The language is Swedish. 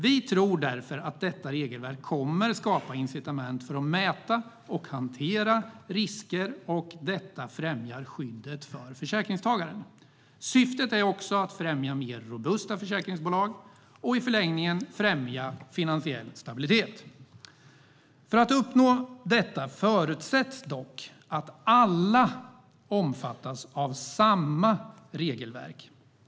Vi tror därför att detta regelverk kommer att skapa incitament för att mäta och hantera risker, vilket främjar skyddet för försäkringstagaren. Syftet är också att främja mer robusta försäkringsbolag och i förlängningen främja finansiell stabilitet. För att uppnå detta förutsätts dock att alla omfattas av samma regelverk.